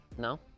No